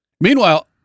Meanwhile